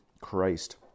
Christ